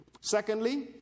Secondly